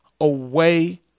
away